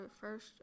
first